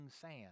sand